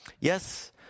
Yes